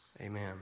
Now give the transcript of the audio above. Amen